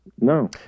No